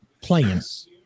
plans